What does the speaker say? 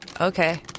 Okay